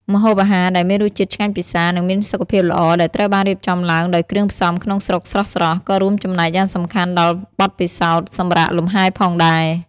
ម្ហូបអាហារដែលមានរសជាតិឆ្ងាញ់ពិសា និងមានសុខភាពល្អ ដែលត្រូវបានរៀបចំឡើងដោយគ្រឿងផ្សំក្នុងស្រុកស្រស់ៗ ក៏រួមចំណែកយ៉ាងសំខាន់ដល់បទពិសោធន៍សម្រាកលំហែផងដែរ។